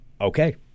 okay